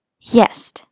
yes